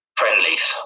friendlies